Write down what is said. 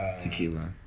tequila